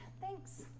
Thanks